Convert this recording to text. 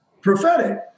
prophetic